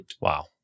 Wow